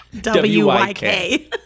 W-Y-K